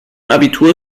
abitur